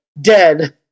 Dead